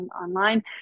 online